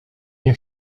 nie